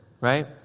right